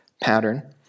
pattern